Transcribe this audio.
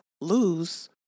lose